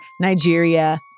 Nigeria